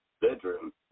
bedroom